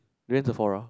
when is the fora